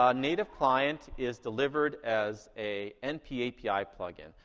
um native client is delivered as a npapi plugin.